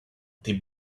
they